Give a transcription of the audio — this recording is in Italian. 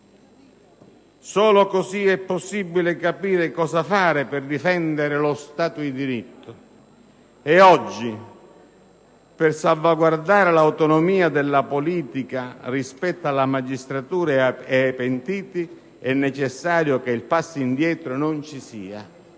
«Solo così è possibile capire cosa fare per difendere lo Stato di diritto. E oggi, per salvaguardare l'autonomia della politica rispetto alla magistratura ed ai pentiti, è necessario che il passo indietro non ci sia».